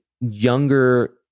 younger